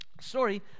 story